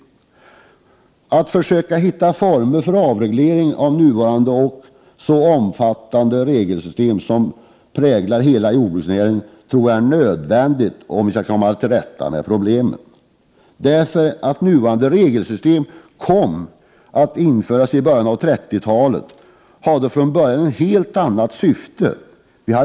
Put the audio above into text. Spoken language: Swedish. Jag tror att det är nödvändigt att försöka hitta former för avreglering av det nuvarande och så omfattande regelsystem som präglar hela jordbruksnäringen, om vi skall kunna komma till rätta med problemen. Nuvarande regelsystem, som genomfördes i början av 30-talet, hade från början ett helt annat syfte än vad det nu har.